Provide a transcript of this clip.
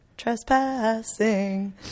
trespassing